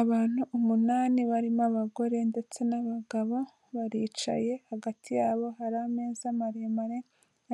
Abantu umunani barimo abagore ndetse n'abagabo, baricaye hagati yabo hari ameza maremare